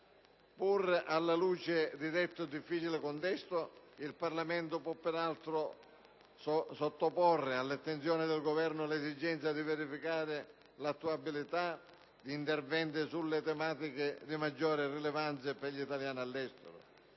Pur alla luce di detto difficile contesto, il Parlamento può peraltro sottoporre all'attenzione del Governo l'esigenza di verificare l'attuabilità di interventi sulle tematiche di maggiore rilevanza per gli italiani all'estero.